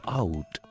out